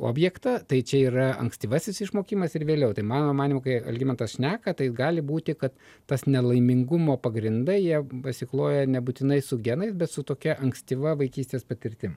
objektą tai čia yra ankstyvasis išmokimas ir vėliau tai mano manymu kai algimantas šneka tai gali būti kad tas nelaimingumo pagrindai jie pasikloja nebūtinai su genais bet su tokia ankstyva vaikystės patirtim